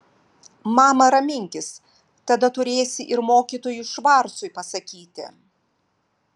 mama raminkis tada turėsi ir mokytojui švarcui pasakyti